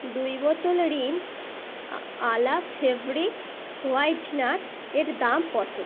দুই বোতল রীন আলা ফেব্রিক হোয়াইটনার এর দাম কতো